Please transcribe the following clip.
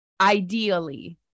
ideally